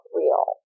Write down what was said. real